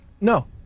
No